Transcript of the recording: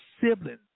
siblings